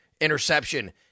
interception